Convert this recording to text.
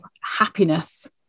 happiness